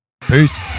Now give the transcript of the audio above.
Peace